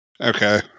Okay